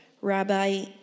Rabbi